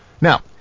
Now